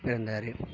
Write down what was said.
பிறந்தார்